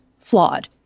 flawed